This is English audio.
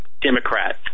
Democrat